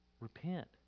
Repent